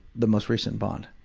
the most recent bond.